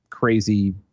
crazy